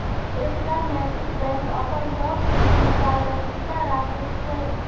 एकटा नैतिक बैंक अपन सब चीज मे पारदर्शिता राखैत छै